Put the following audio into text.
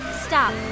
Stop